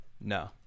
no